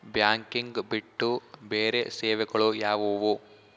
Banking ಬಿಟ್ಟು ಬೇರೆ ಸೇವೆಗಳು ಯಾವುವು?